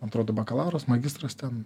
atrodo bakalauras magistras ten